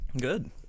Good